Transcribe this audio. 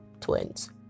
twins